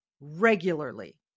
regularly